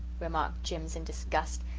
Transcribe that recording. remarked jims in disgust.